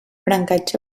brancatge